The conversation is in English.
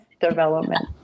development